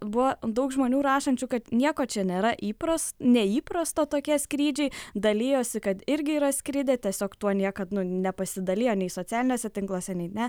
buvo daug žmonių rašančių kad nieko čia nėra įpras neįprasto tokie skrydžiai dalijosi kad irgi yra skridę tiesiog tuo niekad nepasidalijo nei socialiniuose tinkluose nei ne